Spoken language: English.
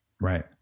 Right